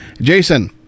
jason